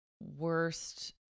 worst